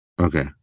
Okay